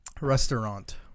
Restaurant